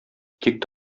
тик